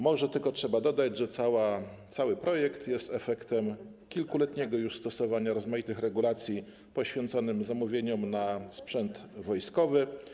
Może tylko trzeba dodać, że cały projekt jest efektem kilkuletniego już stosowania rozmaitych regulacji poświęconych zamówieniom na sprzęt wojskowy.